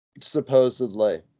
supposedly